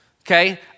okay